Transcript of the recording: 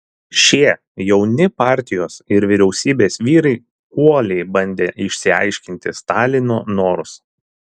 šie jauni partijos ir vyriausybės vyrai uoliai bandė išsiaiškinti stalino norus